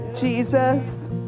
jesus